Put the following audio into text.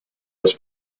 was